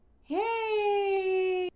Hey